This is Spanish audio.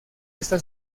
está